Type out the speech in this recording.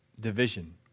division